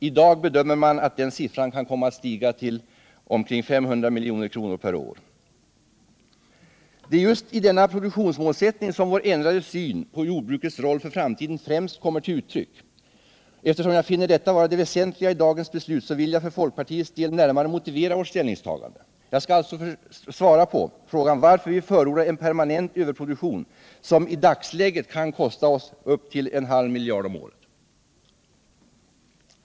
I dag bedömer man = Jordbrukspolitiatt den siffran kan komma att stiga till omkring 500 milj.kr. per år. — ken, m.m. Det är just i denna produktionsmålsättning som vår ändrade syn på jordbrukets roll för framtiden främst kommer till uttryck. Eftersom jag finner detta vara det väsentliga i dagens beslut vill jag för folkpartiets del närmare motivera vårt ställningstagande. Jag skall alltså försöka svara på frågan varför vi förordar en permanent överproduktion, som i dagsläget kan kosta oss upp till en halv miljard om året.